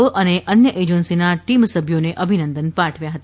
ઓ તેમજ અન્ય એજન્સીના ટીમ સભ્યોને અભિનંદન પાઠવ્યા હતા